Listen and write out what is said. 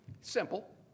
Simple